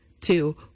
two